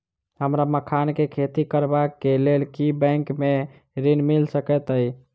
हमरा मखान केँ खेती करबाक केँ लेल की बैंक मै ऋण मिल सकैत अई?